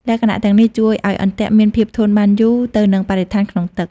លក្ខណៈទាំងនេះជួយឲ្យអន្ទាក់មានភាពធន់បានយូរទៅនឹងបរិស្ថានក្នុងទឹក។